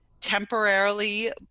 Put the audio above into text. temporarily